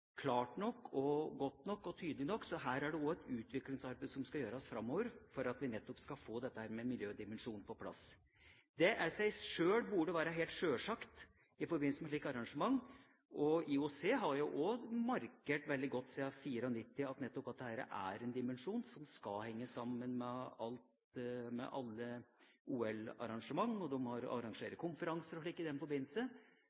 klart nok, og godt nok – tydelig nok. Så her er det også et utviklingsarbeid som skal gjøres framover, for at vi nettopp skal få dette med miljødimensjonen på plass. Dette burde i seg sjøl vært helt sjølsagt i forbindelse med et slikt arrangement. IOC har siden 1994 markert veldig godt at nettopp dette er en dimensjon som skal kobles sammen med